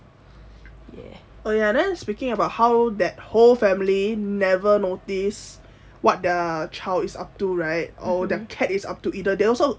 oh ya then speaking about how that whole family never notice what their child is up to right or the cat is up to right either that